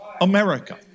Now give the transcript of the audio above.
America